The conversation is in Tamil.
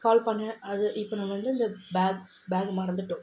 கால் பண்ணேன் அது இப்போ நம்ம வந்து இந்த பேக் பேகை மறந்துவிட்டோம்